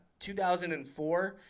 2004